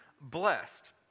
blessed